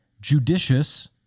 judicious